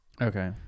Okay